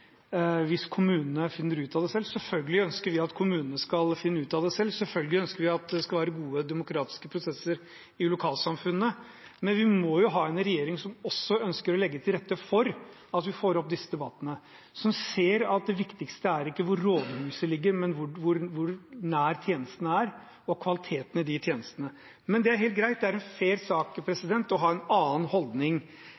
hvis kommunene finner ut av det selv. Selvfølgelig ønsker vi at kommunene skal finne ut av det selv, og selvfølgelig ønsker vi at det skal være gode demokratiske prosesser i lokalsamfunnet. Men vi må jo ha en regjering som ønsker å legge til rette for at vi får opp disse debattene, som ser at det viktigste ikke er hvor rådhuset ligger, men hvor nær tjenestene er, og kvaliteten i de tjenestene. Men det er helt greit, det er en fair sak